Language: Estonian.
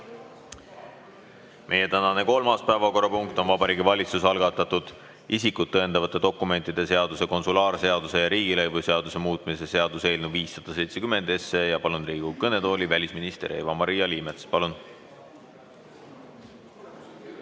Meie tänane kolmas päevakorrapunkt on Vabariigi Valitsuse algatatud isikut tõendavate dokumentide seaduse, konsulaarseaduse ja riigilõivuseaduse muutmise seaduse eelnõu 570 esimene lugemine. Palun Riigikogu kõnetooli välisminister Eva-Maria Liimetsa. Palun!